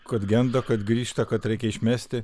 kad genda kad grįžta kad reikia išmesti